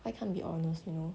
I can't be honest you know